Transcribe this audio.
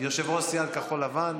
יושב-ראש סיעת כחול לבן,